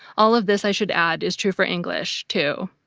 all of this, i should add, is true for english, too.